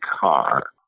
car